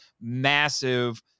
massive